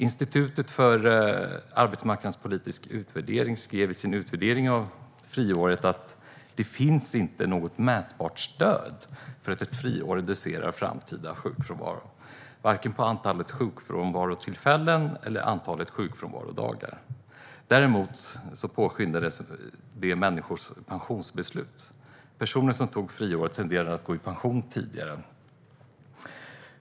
Institutet för arbetsmarknadspolitisk utvärdering skrev i sin utvärdering av friåret att det inte finns något mätbart stöd för att ett friår reducerar framtida sjukfrånvaro, varken i fråga om antalet sjukfrånvarotillfällen eller i fråga om antalet sjukfrånvarodagar. Däremot påskyndade det människors pensionsbeslut. Personer som tog ett friår tenderar att gå i pension tidigare.